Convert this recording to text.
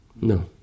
No